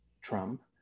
trump